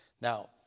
Now